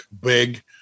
big